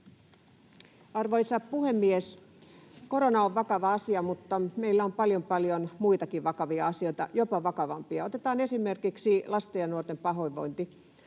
Arvoisa puhemies! Korona on vakava asia, mutta meillä on paljon paljon muitakin vakavia asioita, jopa vakavampia. Otetaan esimerkiksi lasten ja nuorten pahoinvointi.